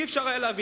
לא היה אפשר להבין.